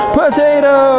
potato